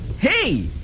hey!